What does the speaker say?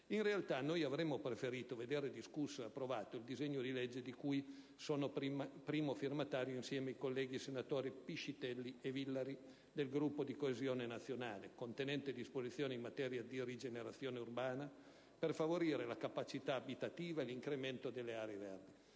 In realtà, noi avremmo preferito veder discusso e approvato il disegno di legge di cui sono primo firmatario insieme ai colleghi senatori Piscitelli e Villari del Gruppo di Coesione Nazionale-Io Sud, contenente disposizioni in materia di rigenerazione urbana per favorire la capacità abitativa e l'incremento delle aree verdi.